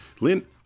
Lynn